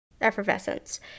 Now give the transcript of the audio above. Effervescence